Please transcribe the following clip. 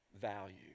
value